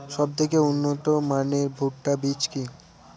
সবথেকে উন্নত মানের ভুট্টা বীজ কি?